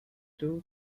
due